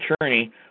attorney